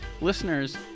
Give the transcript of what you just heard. listeners